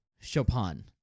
Chopin